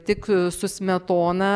tik su smetona